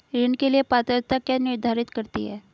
ऋण के लिए पात्रता क्या निर्धारित करती है?